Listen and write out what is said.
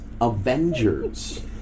Avengers